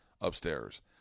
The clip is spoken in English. upstairs